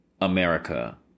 America